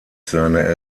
seine